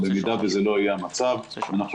במידה וזה לא יהיה המצב אנחנו נידרש,